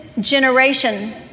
generation